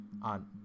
On